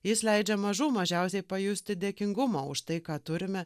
jis leidžia mažų mažiausiai pajusti dėkingumą už tai ką turime